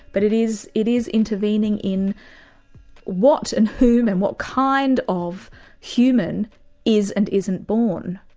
but it is it is intervening in what and who and what kind of human is and isn't born.